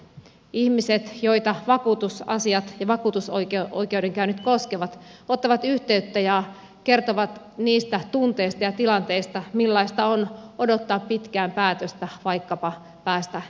ihmiset joita vakuutusasiat ja vakuutusoikeudenkäynnit koskevat ottavat yhteyttä ja kertovat niistä tunteista ja tilanteista millaista on odottaa pitkään päätöstä vaikkapa eläkkeelle pääsystä